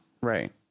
right